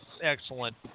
Excellent